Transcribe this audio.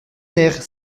nerfs